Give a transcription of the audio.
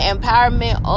empowerment